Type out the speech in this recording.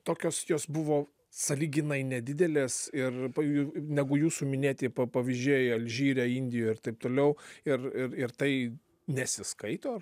tokios jos buvo sąlyginai nedidelės ir pav negu jūsų minėti pavyzdžiai alžyre indijoje ir taip toliau ir ir ir tai nesiskaito